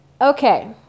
Okay